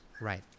right